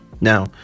Now